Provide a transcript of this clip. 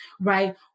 right